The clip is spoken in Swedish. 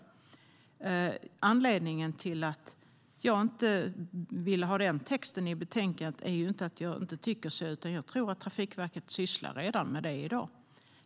Anledningen till att jag inte vill ha den texten i betänkandet är inte att jag inte tycker så utan att jag tror att Trafikverket sysslar med detta redan i dag.